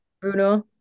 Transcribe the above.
Bruno